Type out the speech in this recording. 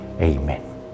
Amen